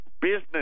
business